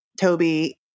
Toby